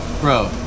bro